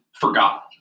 forgot